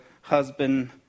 husband